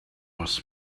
was